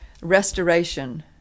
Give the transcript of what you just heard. restoration